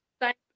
Thank